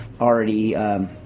already